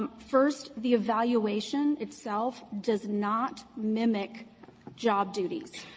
um first, the evaluation itself does not mimic job duties.